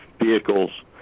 vehicles